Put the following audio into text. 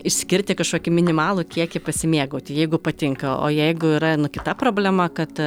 išskirti kažkokį minimalų kiekį pasimėgauti jeigu patinka o jeigu yra nu kita problema kad